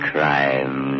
Crime